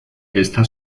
esta